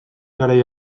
garai